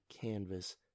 canvas